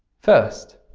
first,